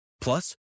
Plus